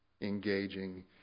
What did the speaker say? engaging